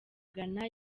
ghana